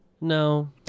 No